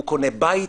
הוא קונה בית,